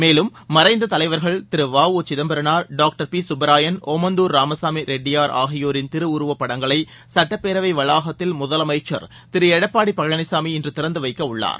மேலும் மறைந்த தலைவா்கள் வ உ சிதம்பரனார் டாக்டர் பி கப்பராயன் ஒமந்துர் ராமசாமி ரெட்டியார் ஆகியோரின் திருவுருவப் படங்களை சுட்டப்பேரவை வளாகத்தில் முதலமைச்சா் திரு எடப்பாடி பழனிசாமி இன்று திறந்து வைக்க உள்ளார்